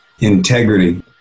Integrity